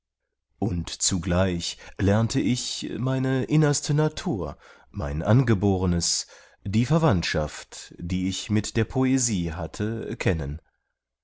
und zugleich lernte ich meine innerste natur mein angeborenes die verwandtschaft die ich mit der poesie hatte kennen